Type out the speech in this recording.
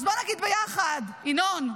אז בואו נגיד ביחד, ינון: